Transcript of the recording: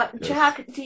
Jack